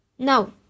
Now